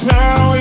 now